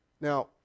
Now